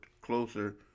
closer